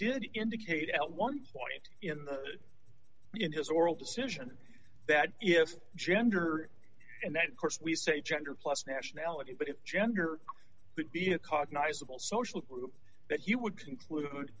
did indicate at one point in the in his oral decision that yes gender and that of course we say gender plus nationality but if gender could be a cognizable social group that you would conclude